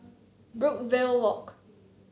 Brookvale Walk